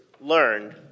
learned